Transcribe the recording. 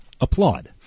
Applaud